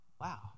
Wow